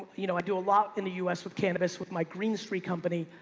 you know i do a lot in the us with cannabis, with my greenstreet company.